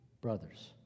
brothers